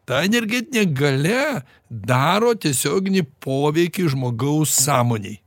ta energetinė galia daro tiesioginį poveikį žmogaus sąmonei